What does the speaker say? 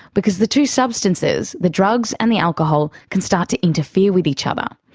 because the two substances the drugs and the alcohol can start to interfere with each other.